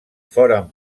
foren